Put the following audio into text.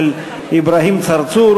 של אברהים צרצור